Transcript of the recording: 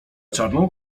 czarną